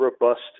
robust